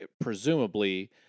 presumably